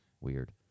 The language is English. Weird